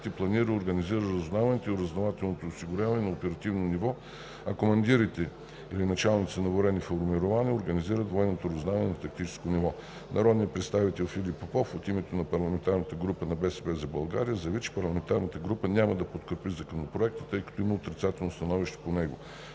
планира и организира разузнаването и разузнавателното осигуряване на оперативно ниво, а командирите (началниците) на военни формирования организират военното разузнаване на тактическо ниво. Народният представител Филип Попов, от името на парламентарната група „БСП за България“, заяви, че парламентарната група няма да подкрепи законопроекта, тъй като има отрицателно становище по него.